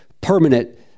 permanent